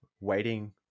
waiting